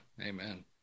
Amen